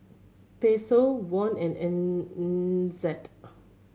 Peso Won and N NZD